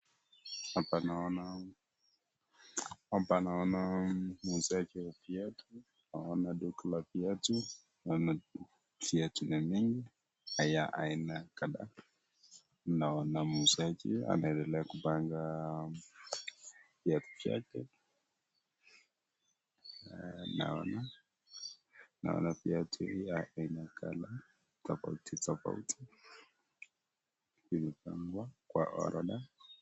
Hapa naona ,hapa naona muuzaji wa viatu, naona duka la viatu naona viatu ni mingi ya aina kadhaa. Naona muuzaji anaendelea kupanga viatu chake. Naona viatu yake ina color tofauti tofauti imepangwa kwa orodha.